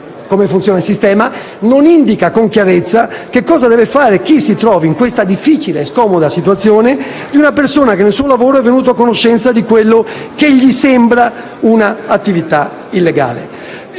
come funziona il sistema, ma non indica con chiarezza che cosa deve fare chi si trova in questa difficile e scomoda situazione, cioè una persona che nel suo lavoro è venuta a conoscenza di quella che gli sembra un'attività illegale,